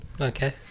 Okay